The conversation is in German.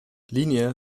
linie